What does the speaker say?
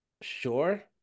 sure